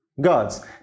gods